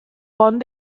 pont